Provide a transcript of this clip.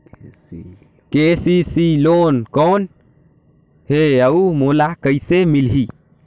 KCC loan कौन हे अउ मोला कइसे मिलही?